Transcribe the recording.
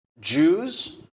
jews